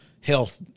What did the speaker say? health